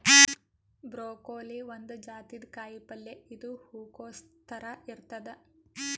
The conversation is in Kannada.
ಬ್ರೊಕೋಲಿ ಒಂದ್ ಜಾತಿದ್ ಕಾಯಿಪಲ್ಯ ಇದು ಹೂಕೊಸ್ ಥರ ಇರ್ತದ್